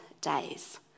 days